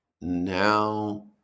now